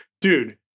dude